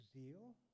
zeal